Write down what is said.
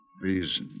Please